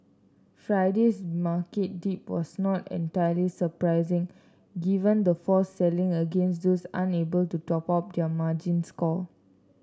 Friday's market dip was not entirely surprising given the forced selling against those unable to top up their margins call